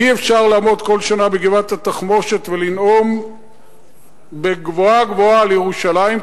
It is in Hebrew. אי-אפשר לעמוד כל שנה בגבעת-התחמושת ולנאום גבוהה-גבוהה על ירושלים,